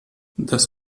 das